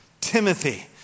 Timothy